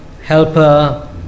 Helper